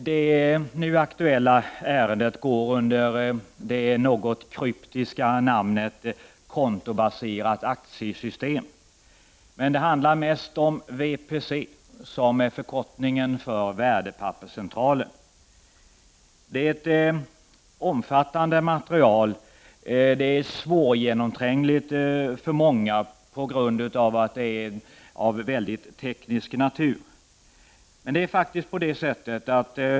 Herr talman! Det nu aktuella ärendet går under den något kryptiska beteckningen kontobaserat aktiesystem. Det handlar dock mest om VPC, som är en förkortning för Värdepapperscentralen. Det är ett omfattande material, och det är svårgenomträngligt för många på grund av att det är av mycket teknisk natur.